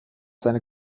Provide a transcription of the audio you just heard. seine